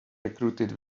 recruited